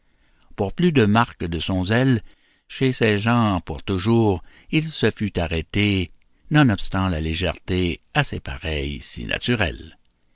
pour plus de marques de son zèle chez ces gens pour toujours il se fût arrêté nonobstant la légèreté à ses pareils si naturelle